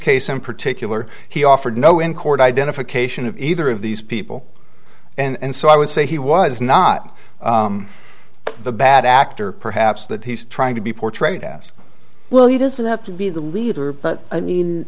case in particular he offered no in court identification of either of these people and so i would say he was not the bad actor perhaps that he's trying to be portrayed as well he doesn't have to be the leader but i mean